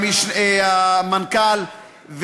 המנכ"ל,